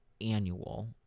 annual